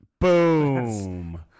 Boom